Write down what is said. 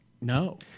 No